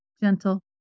gentle